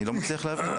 אני לא מצליח להבין,